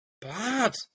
bad